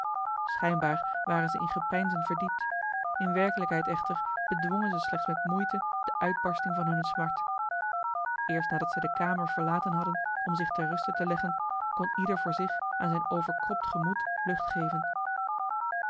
schijnbaar waren ze in gepeinzen verdiept in werkelijkheid echter bedwongen ze slechts met moeite de uitbarsting van hunne smart eerst nadat zij de kamer verlaten hadden om zich ter ruste te leggen kon ieder voor zich aan zijn overkropt gemoed lucht geven